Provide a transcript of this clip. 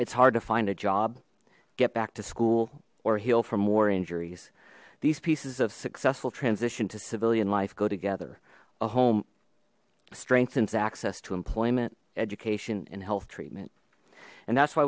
it's hard to find a job get back to school or heal from war injuries these pieces of successful transition to civilian life go together a home strengthens access to employment education and health treatment and that's why